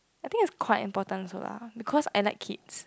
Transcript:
I think it's quite important also lah cause I like kids